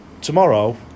Tomorrow